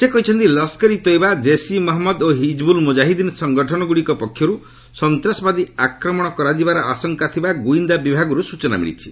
ସେ କହିଛନ୍ତି ଲସ୍କର ଇ ତଏବା ଜେସ୍ ଇ ମହମ୍ମଦ ଓ ହିଜବ୍ରଲ୍ ମୁକାହିଦ୍ଦିନ୍ ସଂଗଠନଗୁଡ଼ିକ ପକ୍ଷରୁ ସନ୍ତାସବାଦୀ ଆକ୍ରମଣ କରାଯିବାର ଆଶଙ୍କା ଥିବା ଗୁଇନ୍ଦା ବିଭାଗରୁ ସ୍ଚଚନା ମିଳିଛି